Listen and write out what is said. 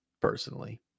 personally